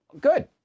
Good